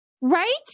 Right